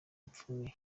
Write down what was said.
ipfunwe